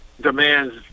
demands